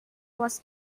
was